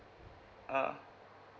ah